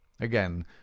Again